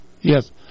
yes